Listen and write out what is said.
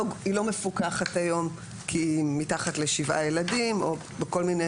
מפוקחת היום כי היא מתחת לשבעה ילדים או בכל מיני